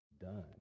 done